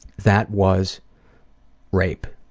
that was rape,